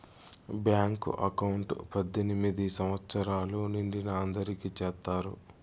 bank account పద్దెనిమిది సంవచ్చరాలు నిండిన అందరికి చేత్తారు